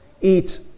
eat